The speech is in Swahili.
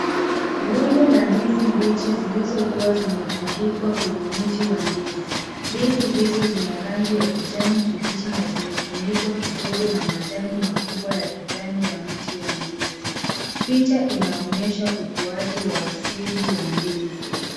Rundo la ndizi mbichi zilizokuwa zimetundikwa kwenye mti wa ndizi ,ndizi hizo zina rangi ya kijani kibichi na zimefunikwa kidogo na majani makubwa ya mti wa ndizi. Picha inaonyesha ukuaji wa asili wa ndizi.